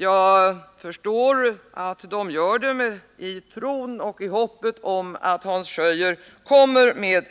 Jag förstår att utskottet gjort det i tron på och hoppet om att Hans Schöier kommer med